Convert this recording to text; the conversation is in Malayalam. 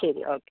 ശരി ഓക്കെ